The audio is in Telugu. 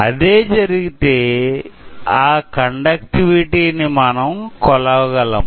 అదే జరిగితే ఆ కండక్టివిటీ ని మనం కొలవగలం